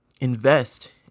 invest